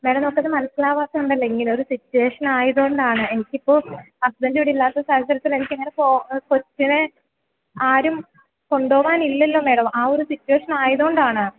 madam ഒറ്റക്ക് മനസ്സിലാകാത്തതു കൊണ്ടല്ലേ ഇങ്ങനെ ഒരു സിറ്റുവേഷനായതു കൊണ്ടാണ് എനിക്കിപ്പോൾ ഹസ്ബൻഡ് ഇവിടെ ഇല്ലാത്ത സാഹചര്യത്തിൽ എനിക്ക് വേറെ പോ കൊച്ചിനെ ആരും കൊണ്ടു പോകാൻ ഇല്ലല്ലോ മേഡം ആ ഒരു സിറ്റുവേഷനായതു കൊണ്ടാണ്